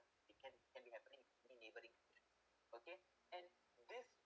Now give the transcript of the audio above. it can can be happening in neighboring country